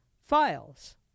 files